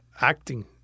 Acting